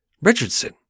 Richardson